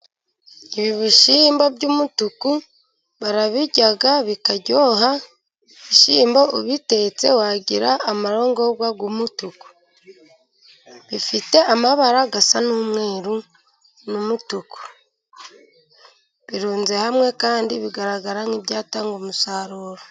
Ibi bishyimbo by'umutuku barabirya bikaryoha, ibishyimbo ubitetse wagira amarongorwa y'umutuku. Bifite amabara asa n'umweru n'umutuku. Birunze hamwe kandi bigaragara nk'ibyatanga umusaruro.